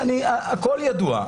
הכל ידוע,